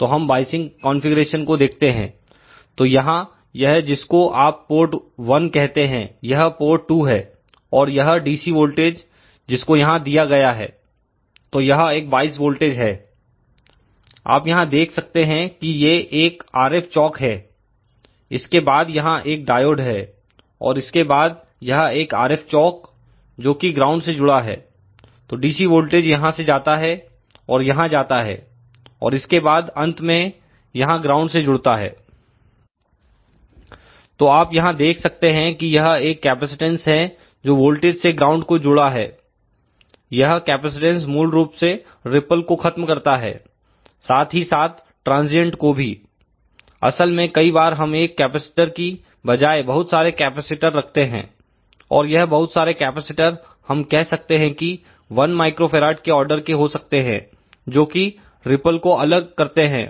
तो हम biasing configuration को देखते हैं तो यहां यह जिसको आप पोर्ट 1 कहते हैं यह पोर्ट 2 है और यह DC वोल्टेज जिसको यहां दिया गया है तो यह एक वॉइस वोल्टेज है आप यहां देख सकते हैं कि ये एक RF चौक है इसके बाद यहां एक डायोड है और इसके बाद यह एक RF चौक जोकि ग्राउंड से जुड़ा है तो DC वोल्टेज यहां से जाता है और यहां जाता है और इसके बाद अंत में यहां ग्राउंड से जुड़ता है तो आप यहां देख सकते हैं कि यह एक कैपेसिटेंस है जो वोल्टेज से ग्राउंड को जुड़ा है यह कैपेसिटेंस मूल रूप से रिपल को खत्म करता है साथ ही साथ ट्रांजियंट को भी असल में कई बार हम एक कैपेसिटर की बजाए बहुत सारे कैपेसिटर रखते हैं और यह बहुत सारे कैपेसिटर हम कह सकते हैं कि 1 μF के आर्डर के हो सकते हैं जो कि रिपल को अलग करते हैं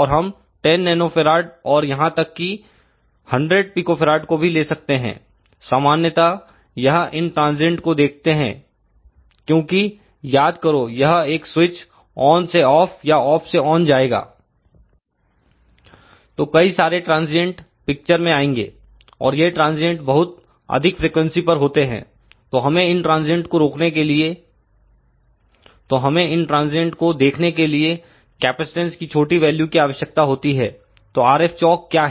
और हम 10 nF और यहां तक कि एक 100 pF को भी ले सकते हैं सामान्यतः यह इन ट्रांजियंट को देखते हैं क्योंकि याद करो यह एक स्विच ऑन से ऑफ या ऑफ से ऑन जाएगा तो कई सारे ट्रांजियंट पिक्चर में आएंगे और यह ट्रांजियंट बहुत अधिक फ्रिकवेंसी पर होते हैं तो हमें इन ट्रांजियंट को देखने के लिए कैपेसिटेंस की छोटी वैल्यू की आवश्यकता होती है तो RF चौक क्या है